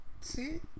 See